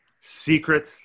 secret